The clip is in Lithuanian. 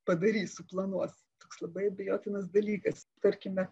padarys suplanuos toks labai abejotinas dalykas tarkime